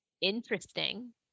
interesting